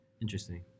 Interesting